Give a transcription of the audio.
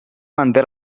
manté